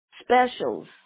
specials